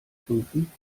prüfen